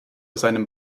seinem